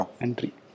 Entry